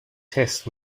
test